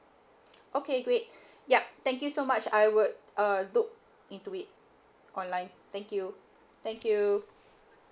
okay great yup thank you so much I would uh look into it online thank you thank you